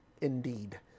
indeed